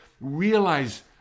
realize